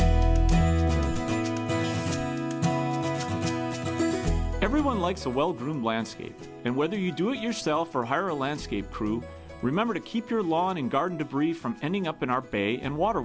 s everyone likes a well groomed landscape and whether you do it yourself or hire a landscape crew remember to keep your lawn and garden debris from ending up in our bay and water